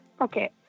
okay